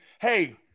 hey